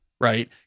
right